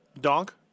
Donk